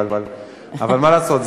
אבל מה לעשות,